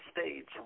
states